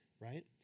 right